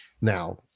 now